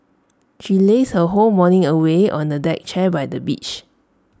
she lazed her whole morning away on A deck chair by the beach